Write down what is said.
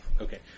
Okay